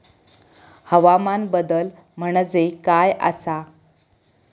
हवामान बदल म्हणजे काय आसा?